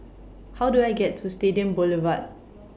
How Do I get to Stadium Boulevard